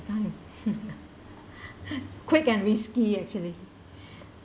time quick and risky actually